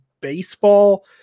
baseball